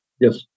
Yes